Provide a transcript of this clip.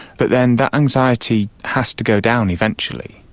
but then that anxiety has to go down eventually.